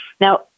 Now